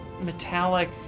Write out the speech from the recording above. Metallic